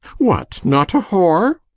what, not a whore?